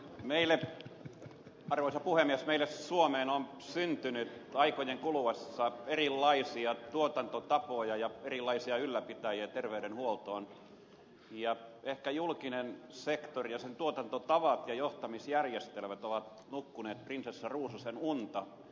meille suomeen on syntynyt aikojen kuluessa erilaisia tuotantotapoja ja erilaisia ylläpitäjiä terveydenhuoltoon ja ehkä julkinen sektori ja sen tuotantotavat ja johtamisjärjestelmät ovat nukkuneet prinsessa ruususen unta